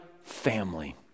family